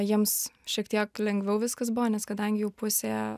jiems šiek tiek lengviau viskas buvo nes kadangi jų pusė